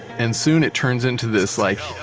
and soon it turns into this like,